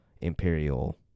Imperial